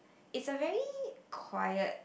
it's a very quiet